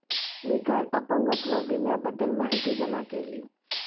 मी काल अपंगत्व विम्याबद्दल माहिती जमा केली